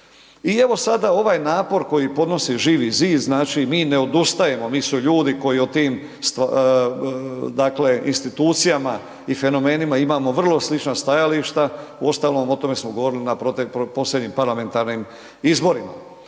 I evo sada ovaj napor koji podnosi Živi zid, znači mi ne odustajemo mi smo ljudi koji o tim stvarima, dakle institucijama i fenomenima imamo vrlo slična stajališta uostalom o tome smo govorili na posljednjim parlamentarnim izborima.